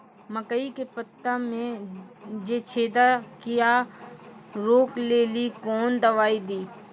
मकई के पता मे जे छेदा क्या रोक ले ली कौन दवाई दी?